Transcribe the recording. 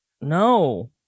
no